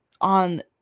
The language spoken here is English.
on